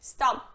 Stop